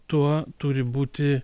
tuo turi būti